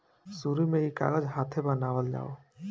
शुरु में ई कागज हाथे बनावल जाओ